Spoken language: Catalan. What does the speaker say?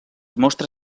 mostra